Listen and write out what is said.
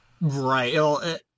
Right